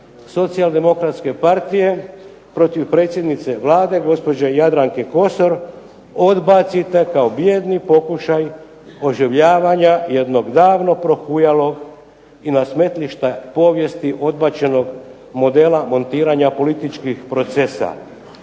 Socijaldemokratske partije protiv predsjednice Vlade gospođe Jadranke Kosor odbacite kao bijedni pokušaj oživljavanja jednog davno prohujalog i na smetlište povijesti odbačenog modela montiranja političkih procesa